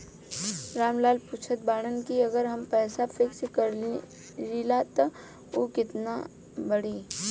राम लाल पूछत बड़न की अगर हम पैसा फिक्स करीला त ऊ कितना बड़ी?